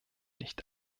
nicht